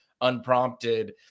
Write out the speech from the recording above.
unprompted